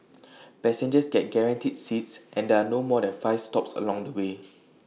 passengers get guaranteed seats and there are no more than five stops along the way